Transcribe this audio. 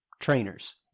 trainers